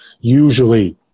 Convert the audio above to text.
usually